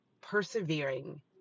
persevering